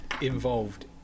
involved